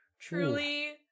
truly